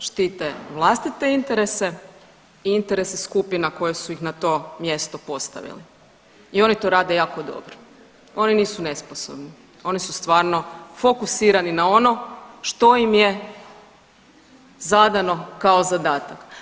Oni su tu da štite vlastite interese i interese skupina koje su ih na to mjesto postavili i oni to rade jako dobro, oni nisu nesposobni, oni su stvarno fokusirani na ono što im je zadano kao zadatak.